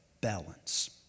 balance